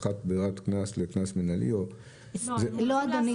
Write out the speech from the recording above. לא, לא.